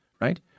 right